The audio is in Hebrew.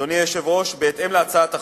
אדוני היושב-ראש, בהתאם להצעת החוק,